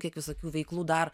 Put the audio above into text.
kiek visokių veiklų dar